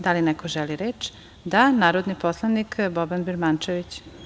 Da li neko želi reč? (Da.) Narodni poslanik Boban Birmančević.